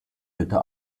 hütte